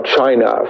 China